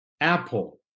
Apple